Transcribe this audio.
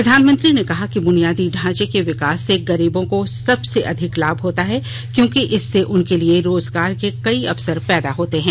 प्रधानमंत्री ने कहा कि बुनियादी ढांचें के विकास से गरीबों को सबसे अधिक लाभ होता है क्योंकि इससे उनके लिए रोजगार के कई अवसर पैदा होते है